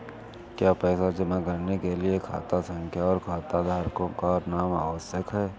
क्या पैसा जमा करने के लिए खाता संख्या और खाताधारकों का नाम आवश्यक है?